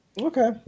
Okay